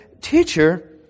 Teacher